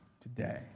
Today